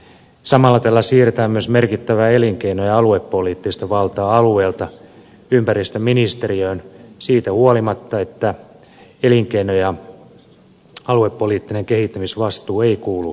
samalla tällä siirretään myös merkittävää elinkeino ja aluepoliittista valtaa alueelta ympäristöministeriöön siitä huolimatta että elinkeino ja aluepoliittinen kehittämisvastuu ei kuulu ympäristöministeriölle